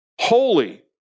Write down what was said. Holy